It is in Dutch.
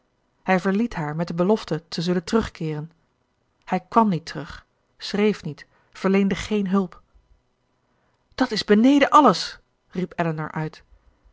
hij verliet haar met de belofte te zullen terugkeeren hij kwam niet terug schreef niet verleende geen hulp dat is beneden alles riep elinor uit